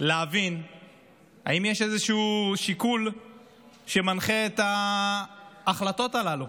להבין אם יש איזשהו שיקול שמנחה את ההחלטות הללו,